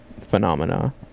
phenomena